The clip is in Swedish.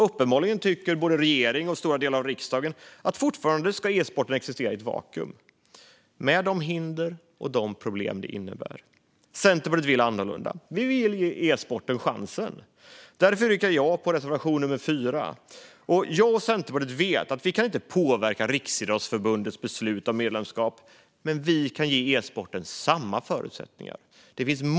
Uppenbarligen tycker regeringen och stora delar av riksdagen att e-sporten fortfarande ska existera i ett vakuum med de hinder och de problem det innebär. Centerpartiet vill annorlunda. Vi vill ge e-sporten chansen. Därför yrkar jag bifall till reservation 4. Jag och Centerpartiet vet att vi inte kan påverka Riksidrottsförbundets beslut om medlemskap, men vi kan ge e-sporten samma förutsättningar som ett medlemskap hade gett.